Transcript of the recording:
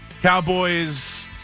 Cowboys